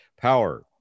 power